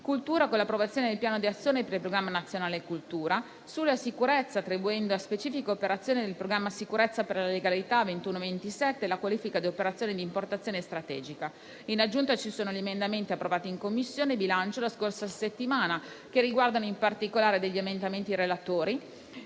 cultura, con l'approvazione del Piano di azione per il Programma nazionale cultura; sulla sicurezza, attribuendo a specifica operazione nel programma Sicurezza per la legalità 2021-2027 la qualifica di operazioni di importanza strategica. In aggiunta, ci sono gli emendamenti approvati in Commissione bilancio la scorsa settimana, che riguardano in particolare gli emendamenti dei relatori,